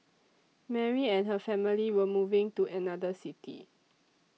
Mary and her family were moving to another city